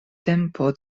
tempo